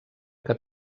que